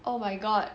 oh my god